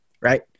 right